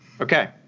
Okay